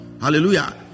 Hallelujah